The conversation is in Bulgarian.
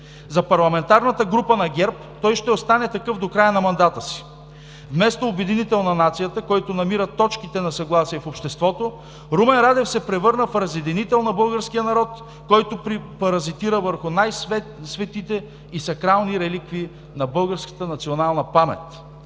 За парламентарната група на ГЕРБ той ще остане такъв до края на мандата си. Вместо обединител на нацията, който намира точките на съгласие в обществото, Румен Радев се превърна в разединител на българския народ, който паразитира върху най-светите и сакрални реликви на българската национална памет.